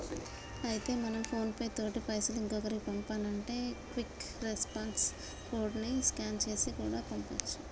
అయితే మనం PhonePe తోటి పైసలు ఇంకొకరికి పంపానంటే క్విక్ రెస్పాన్స్ కోడ్ ని స్కాన్ చేసి కూడా పంపొచ్చు